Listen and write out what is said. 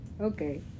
Okay